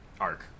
arc